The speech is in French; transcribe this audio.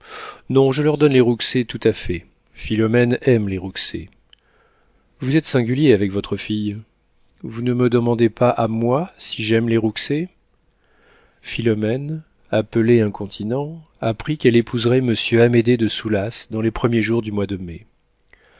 non je leur donne les rouxey tout à fait philomène aime les rouxey vous êtes singulier avec votre fille vous ne me demandez pas à moi si j'aime les rouxey philomène appelée incontinent apprit qu'elle épouserait monsieur amédée de soulas dans les premiers jours du mois de mai